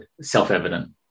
self-evident